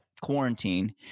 quarantine